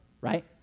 right